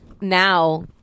now